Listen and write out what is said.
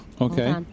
Okay